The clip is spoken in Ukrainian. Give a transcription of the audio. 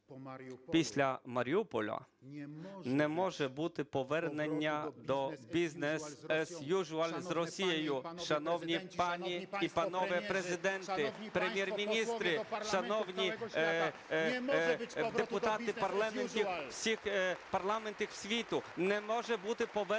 після Маріуполя не може бути повернення до бізнес as usual з Росією. Шановні пані і панове президенти, прем’єр-міністри, шановні депутати всіх парламентів світу, не може бути повернення